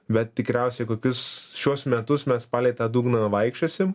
bet tikriausiai kokius šiuos metus mes palei tą dugną vaikščiosim